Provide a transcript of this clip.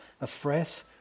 afresh